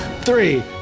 three